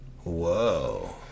Whoa